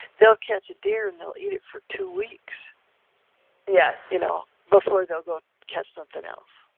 they'll catch a deer and they'll eat it for two weeks yeah you know before they'll go catch something else.